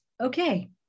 Okay